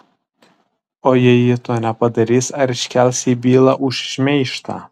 o jei ji to nepadarys ar iškels jai bylą už šmeižtą